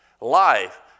life